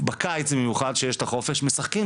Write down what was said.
גם מהלחץ מהלימודים ובעיות במשפחה וכל זה היה